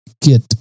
get